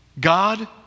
God